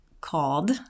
called